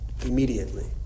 immediately